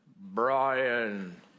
Brian